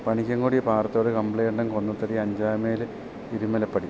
Panikkankudi Parathode Kambilikandam Konnathady Anchamel Irumalappady